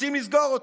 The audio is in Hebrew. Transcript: רוצים לסגור אותו.